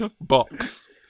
box